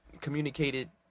communicated